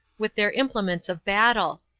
with their implements of battle.